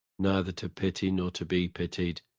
neither to pity nor to be pitied,